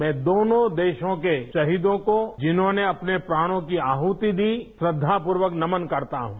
मैं दोनों देशों के शहीदों को जिन्होंने अपने प्राणों की आहुति दी श्रद्वापूर्वक नमन करता हूं